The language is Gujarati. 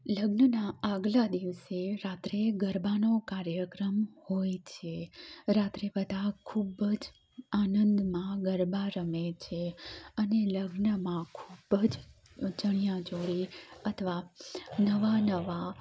લગ્નના આગલા દિવસે રાત્રે ગરબાનો કાર્યક્રમ હોય છે રાત્રે બધા ખૂબ જ આનંદમાં ગરબા રમે છે અને લગ્નમાં ખૂબ જ ચણિયા ચોળી અથવા નવા નવા